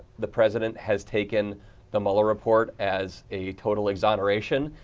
the president has taken the mueller report as a totally zone ration,